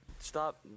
Stop